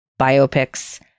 biopics